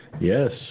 Yes